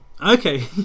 okay